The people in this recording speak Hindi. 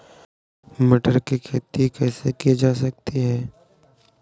टमाटर की खेती कैसे की जा सकती है?